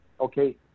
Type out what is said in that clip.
okay